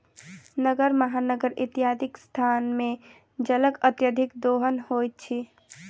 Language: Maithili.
नगर, महानगर इत्यादिक स्थान मे जलक अत्यधिक दोहन होइत अछि